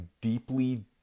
deeply